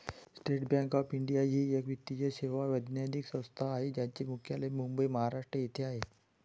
state bank of India ही एक वित्तीय सेवा वैधानिक संस्था आहे ज्याचे मुख्यालय मुंबई, महाराष्ट्र येथे आहे